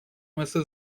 مثل